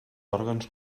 òrgans